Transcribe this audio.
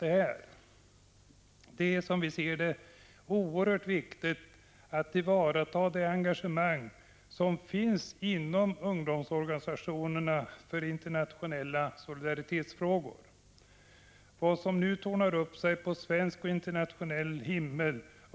Det är, som vi ser det, oerhört viktigt att ta till vara det engagemang som inom ungdomsorganisationerna finns för internationella solidaritetsfrågor. Detta understryks med tyngd av vad som nu tornar upp sig på svensk och internationell himmel.